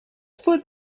food